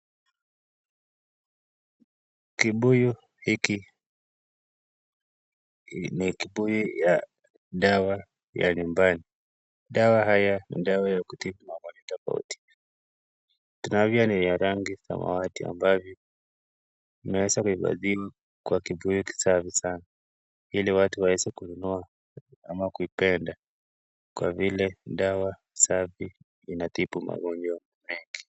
Kibuyu hiki ni kibuyu ya dawa ya nyumbani, dawa haya ni dawa ya kutibu magonjwa tofauti, ni ya rangi samawati ambavyo unaweza kuifadhili kwa kibuyu kisafi sana ili watu waweze kuinunua ama kuipenda kwa vile dawa safi inatibu magonjwa mengi.